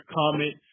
comment